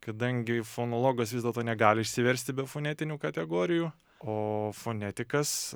kadangi fonologas vis dėlto negali išsiversti be fonetinių kategorijų o fonetikas